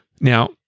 Now